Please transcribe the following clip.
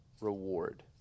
reward